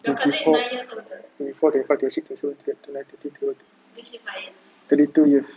twenty four twenty four twenty five twenty six twenty seven twenty eight twenty nine thirty thirty one thirty two thirty two year